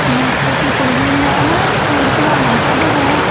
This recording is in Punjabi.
ਨਮਸਤੇ ਸ਼ੀਤਲ ਜੀ ਮੈਂ ਨਾ ਸੂਟ ਸਵਾਉਣਾ ਹੈ ਤੁਹਾਡੇ ਕੋਲੋਂ